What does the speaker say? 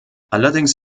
allerdings